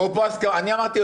איתן, אדוני